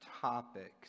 topics